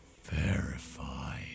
verify